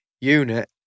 unit